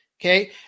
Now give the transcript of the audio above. Okay